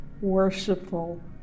worshipful